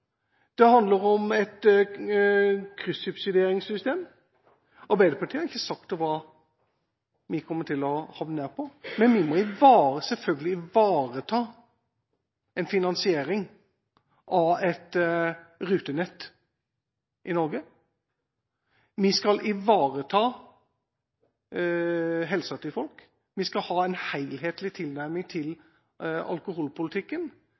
Det handler om et kryssubsidieringssystem. Arbeiderpartiet har ikke sagt hva vi kommer til å havne på, men vi må selvfølgelig ivareta en finansiering av et rutenett i Norge. Vi skal ivareta helsa til folk, vi skal ha en helhetlig tilnærming til alkoholpolitikken.